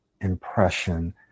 impression